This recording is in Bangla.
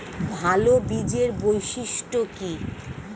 ভাল বীজের বৈশিষ্ট্য কী?